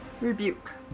Rebuke